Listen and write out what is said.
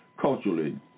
culturally